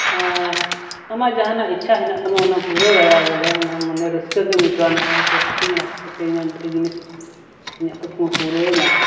ᱟᱨ ᱟᱢᱟᱜ ᱡᱟᱦᱟᱱᱟᱜ ᱤᱪᱪᱷᱟ ᱦᱮᱱᱟᱜ ᱛᱟᱢᱟ ᱚᱱᱟᱢ ᱯᱩᱨᱟᱹᱣ ᱫᱟᱲᱮᱭᱟᱜᱼᱟ ᱵᱚᱞᱮ ᱚᱱᱟ ᱢᱚᱱᱮ ᱨᱟᱹᱥᱠᱟᱹ ᱜᱮᱢ ᱟᱹᱭᱠᱟᱹᱣᱟ ᱱᱚᱜᱼᱚᱸᱭ ᱦᱟᱹᱠᱩᱧ ᱟᱲᱟᱜ ᱠᱚᱜ ᱠᱚᱛᱮ ᱤᱧᱟᱹᱜ ᱢᱤᱫᱴᱟᱹᱝ ᱡᱤᱱᱤᱥ ᱤᱧᱟᱹᱜ ᱠᱩᱠᱢᱩ ᱯᱩᱨᱟᱹᱣᱱᱟ